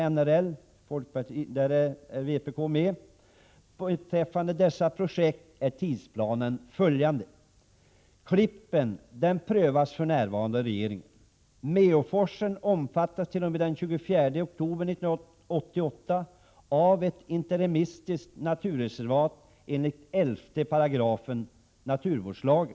Beträffande dessa projekt är tidsplanen följande: Klippen prövas för närvarande av regeringen. Meåforsen omfattas t.o.m. den 24 oktober 1988 av ett interimistiskt naturreservat enligt 11 § naturvårdslagen.